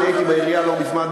אני הייתי בעירייה לא מזמן,